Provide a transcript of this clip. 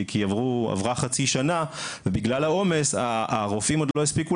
כי עברה חצי שנה ובגלל העומס הרופאים עוד לא הספיקו